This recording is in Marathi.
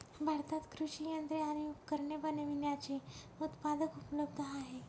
भारतात कृषि यंत्रे आणि उपकरणे बनविण्याचे उत्पादक उपलब्ध आहे